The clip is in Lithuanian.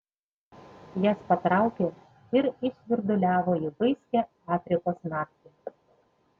jas patraukė ir išsvirduliavo į vaiskią afrikos naktį